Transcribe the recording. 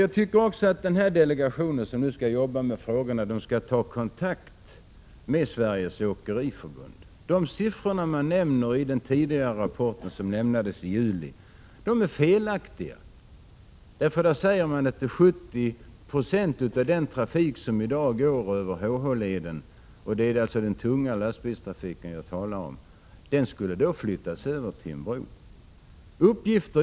Jag tycker att den delegation som nu skall arbeta med dessa frågor skall ta kontakt med Sveriges åkeriförbund. De siffror som nämns i den rapport som lämnades i juli är felaktiga. Där säger man att 70 26 av den trafik som i dag går över HH-leden — det är alltså den tunga lastbilstrafiken det handlar om — skulle flyttas över till en bro.